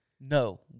No